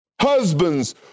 Husbands